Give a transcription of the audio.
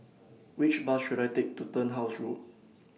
Which Bus should I Take to Turnhouse Road